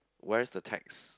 where is the text